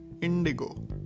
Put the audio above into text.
Indigo